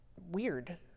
weird